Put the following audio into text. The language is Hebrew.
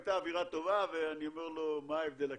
הייתה אווירה טובה ואני אומר לו: מה ההבדל הקטן?